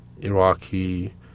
Iraqi